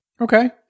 Okay